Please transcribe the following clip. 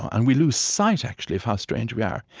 and we lose sight, actually, of how strange we are.